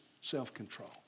self-control